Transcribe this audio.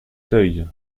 seuils